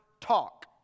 talk